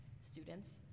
students